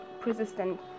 persistent